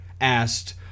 asked